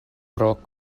pro